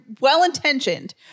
well-intentioned